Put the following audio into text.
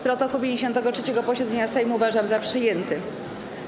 Protokół 53. posiedzenia Sejmu uważam za przyjęty.